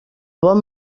bon